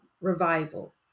revival